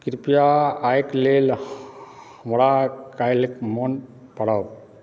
कृपया आइक लेल हमरा काल्हिक मोन पारव